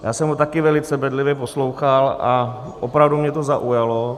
Já jsem ho také velice bedlivě poslouchal a opravdu mě to zaujalo.